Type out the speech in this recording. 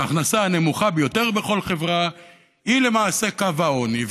ההכנסה הנמוכה ביותר בכל חברה היא למעשה קו העוני.